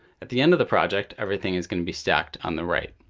at the end of the project, everything is going to be stacked on the right.